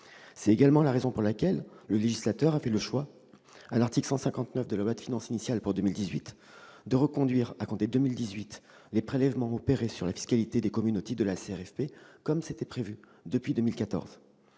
C'est également la raison pour laquelle le législateur a fait le choix, à travers l'article 159 de la loi de finances initiale pour 2018, de reconduire à compter de 2018 les prélèvements opérés sur la fiscalité des communes au titre de la CRFP, comme cela était prévu depuis 2014.